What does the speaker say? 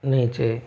नीचे